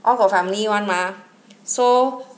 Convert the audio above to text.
all got family [one] mah so